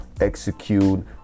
execute